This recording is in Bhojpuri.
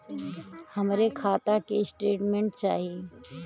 हमरे खाता के स्टेटमेंट चाही?